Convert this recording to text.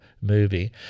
movie